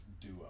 duo